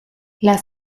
las